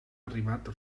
arribat